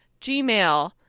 gmail